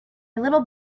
little